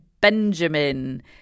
Benjamin